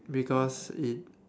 because it